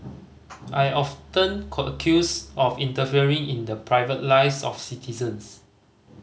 I often accused of interfering in the private lives of citizens